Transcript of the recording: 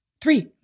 three